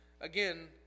Again